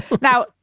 now